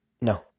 No